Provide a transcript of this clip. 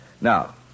Now